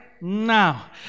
now